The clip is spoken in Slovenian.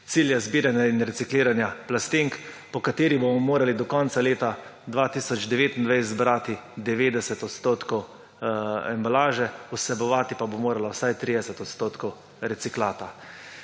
cilje zbiranja in recikliranja plastenk, po katerih bomo morali do konca leta 2029 zbrati 90 odstotkov embalaže, vsebovati pa bomo morala vsaj 30 odstotkov reciklata.